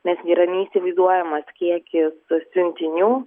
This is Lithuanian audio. nes yra neįsivaizduojamas kiekis siuntinių